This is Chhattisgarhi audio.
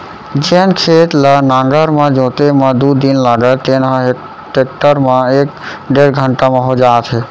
जेन खेत ल नांगर म जोते म दू दिन लागय तेन ह टेक्टर म एक डेढ़ घंटा म हो जात हे